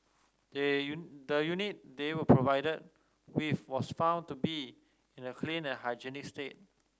they the unit they were provided with was found to be in a clean and hygienic state